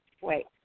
Wait